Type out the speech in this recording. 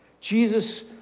Jesus